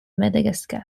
madagascar